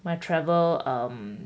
my travel um